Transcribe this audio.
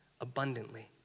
abundantly